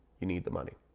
you need the money.